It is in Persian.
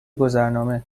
گذرنامه